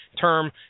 term